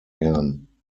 gern